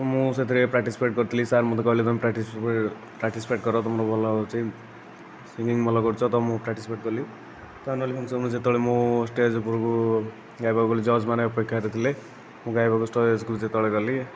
ମୁଁ ସେଥିରେ ପାର୍ଟୀସିପେଟ କରିଥିଲି ସାର୍ ମୋତେ କହିଲେ ତୁମେ ପ୍ରାଟି ପାର୍ଟୀସିପେଟ କର ତୁମର ଭଲ ହେଉଛି ସିଙ୍ଗିଙ୍ଗ୍ ଭଲ କରୁଛ ତ ମୁଁ ପାର୍ଟୀସିପେଟ କଲି ତ ଆନୁଆଲ ଫଙ୍କ୍ସନ୍ରେ ଯେତେବେଳେ ମୁଁ ଷ୍ଟେଜ ଉପରକୁ ଗାଇବାକୁ ଗଲି ଜଜ୍ମାନେ ଅପେକ୍ଷାରେ ଥିଲେ ମୁଁ ଗାଇବାକୁ ଷ୍ଟେଜକୁ ଯେତେବେଳେ ଗଲି